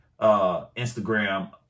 Instagram